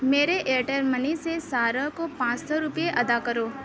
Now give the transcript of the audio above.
میرے Airtel money سے سارہ کو پانچ سو روپیہ ادا کرو